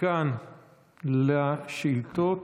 מכאן לשאילתות,